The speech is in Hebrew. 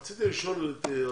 רציתי לשאול את אדוני.